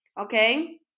okay